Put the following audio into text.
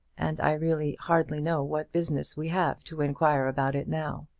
and i really hardly know what business we have to inquire about it now.